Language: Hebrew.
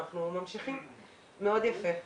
זה מאוד יפה.